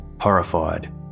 Horrified